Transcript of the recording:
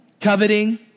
Coveting